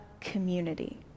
community